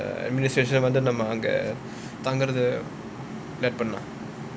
administration மட்டும் நம்ம அங்க தங்கறது:mattum namma anga thangurathu um பண்லாம்:panlaam